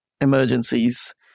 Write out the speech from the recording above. emergencies